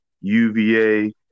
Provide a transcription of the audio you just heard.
UVA